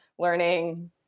learning